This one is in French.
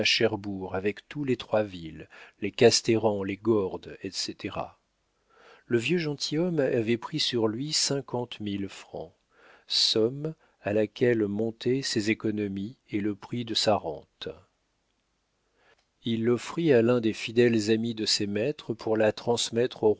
avec tous les troisville les castéran les gordes etc le vieux gentilhomme avait pris sur lui cinquante mille francs somme à laquelle montaient ses économies et le prix de sa rente il l'offrit à l'un des fidèles amis de ses maîtres pour la transmettre